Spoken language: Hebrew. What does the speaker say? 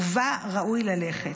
ובה ראוי ללכת.